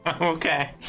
Okay